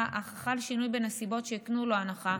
אך חל שינוי בנסיבות שהקנו לו הנחה,